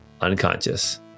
unconscious